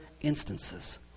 instances